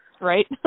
right